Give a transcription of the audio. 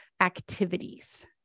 activities